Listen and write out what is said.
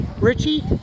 Richie